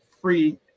free